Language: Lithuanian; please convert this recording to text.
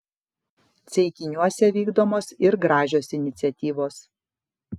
ceikiniuose vykdomos ir gražios iniciatyvos